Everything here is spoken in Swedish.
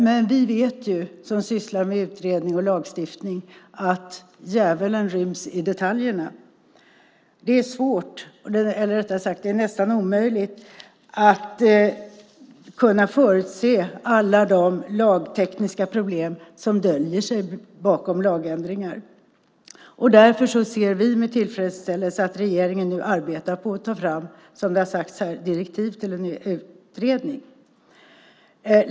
Men vi som sysslar med utredning och lagstiftning vet att djävulen ryms i detaljerna. Det är svårt eller rättare sagt nästan omöjligt att förutse alla de lagtekniska problem som döljer sig bakom lagändringar. Därför ser vi med tillfredsställelse att regeringen nu arbetar på att ta fram direktiv till en utredning.